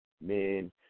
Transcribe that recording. men